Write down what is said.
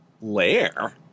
lair